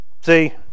see